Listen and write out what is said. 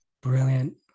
Brilliant